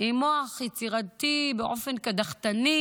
עם מוח יצירתי באופן קדחתני,